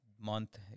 month